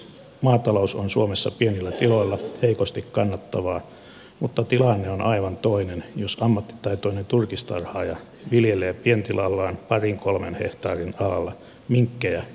maatalous on suomessa pienillä tiloilla heikosti kannattavaa mutta tilanne on aivan toinen jos ammattitaitoinen turkistarhaaja viljelee pientilallaan parin kolmen hehtaarin alalla minkkejä ja kettuja